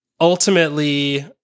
ultimately